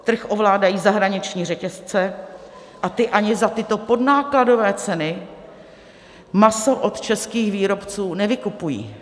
Trh ovládají zahraniční řetězce a ty ani za tyto podnákladové ceny maso od českých výrobců nevykupují.